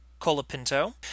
Colapinto